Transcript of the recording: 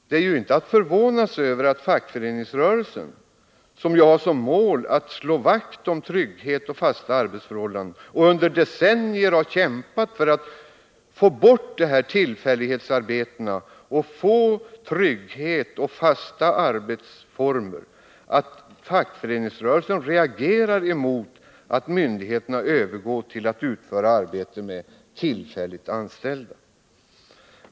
Det är ju inte att förvåna sig över att fackföreningsrörelsen, som har som mål att slå vakt om trygghet och fasta arbetsförhållanden och som under decennier har kämpat för att få bort tillfällighetsarbetena, reagerar mot att myndigheten övergår till att utföra arbetet med tillfälligt anställda.